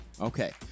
Okay